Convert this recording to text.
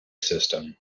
system